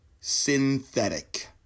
synthetic